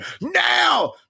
now